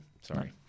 sorry